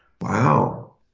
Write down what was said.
Wow